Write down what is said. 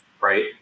right